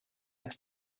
had